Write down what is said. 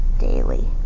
daily